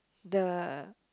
the